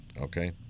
okay